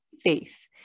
faith